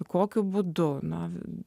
kokiu būdu norime